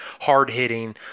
hard-hitting